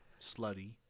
Slutty